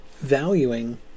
valuing